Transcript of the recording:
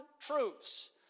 truths